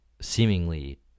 seemingly